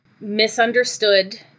misunderstood